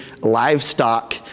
livestock